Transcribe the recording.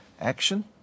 action